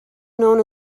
known